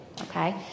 okay